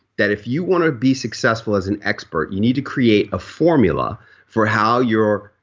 that if you want to be successful as an expert you need to create a formula for how your